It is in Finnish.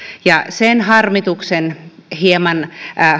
ja sen harmituksen hieman